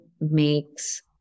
makes